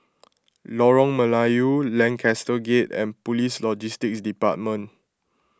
Lorong Melayu Lancaster Gate and Police Logistics Department